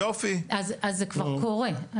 אז זה כבר קורה.